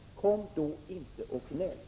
Kom då inte och gnäll!